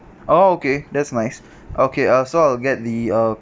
ah okay that's nice okay I'll so I'll get the uh